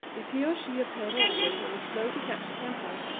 if he or she appeared awkward or was slow to catch the tempo,